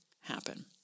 happen